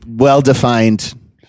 Well-defined